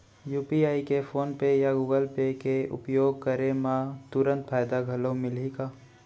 UPI के PhonePe या Google Pay के उपयोग करे म तुरंत फायदा घलो मिलही का?